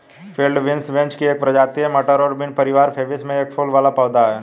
field beans vetch की एक प्रजाति है, मटर और बीन परिवार फैबेसी में एक फूल वाला पौधा है